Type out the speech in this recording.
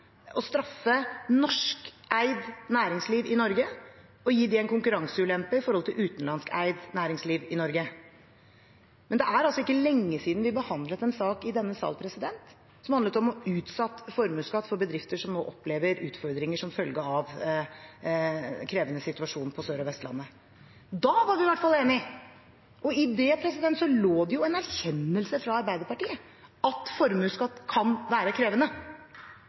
å straffe norskeid næringsliv i Norge og gi det en konkurranseulempe i forhold til utenlandskeid næringsliv i Norge. Det er ikke lenge siden vi behandlet en sak i denne sal som handlet om utsatt formuesskatt for bedrifter som nå opplever utfordringer som følge av den krevende situasjonen på Sør- og Vestlandet. Da var vi i hvert fall enige. I det lå det jo en erkjennelse fra Arbeiderpartiet, at formuesskatt kan være krevende.